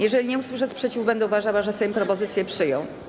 Jeżeli nie usłyszę sprzeciwu, będę uważała, że Sejm propozycje przyjął.